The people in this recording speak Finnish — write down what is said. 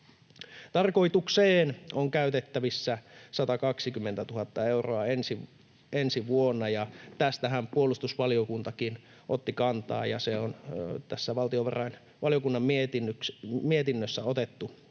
Tarkoitukseen on käytettävissä 120 000 euroa ensi vuonna. Tähänhän puolustusvaliokuntakin otti kantaa, ja se on tässä valtiovarainvaliokunnan mietinnössä otettu